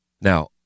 Now